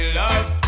love